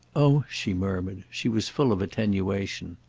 oh! she murmured she was full of attenuation.